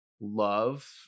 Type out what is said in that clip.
love